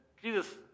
Jesus